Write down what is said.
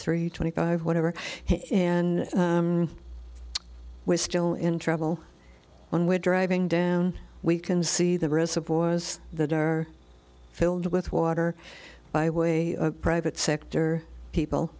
three twenty five whatever and we're still in trouble when we're driving down we can see the reservoirs that are filled with water by way of private sector people